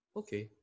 okay